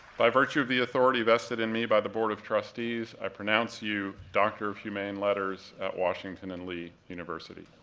by virtue of the authority vested in me by the board of trustees, i pronounce you doctor of humane letters at washington and lee university.